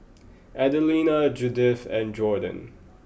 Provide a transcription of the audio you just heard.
Adelina Judith and Jordon